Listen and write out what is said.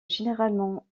généralement